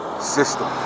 system